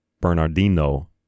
Bernardino